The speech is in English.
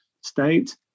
state